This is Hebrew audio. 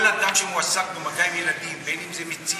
כל אדם שמועסק במגע עם ילדים, בין אם זה מציל,